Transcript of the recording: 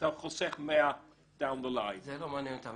אתה חוסך --- זה לא מעניין אותם.